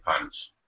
punch